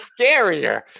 scarier